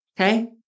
okay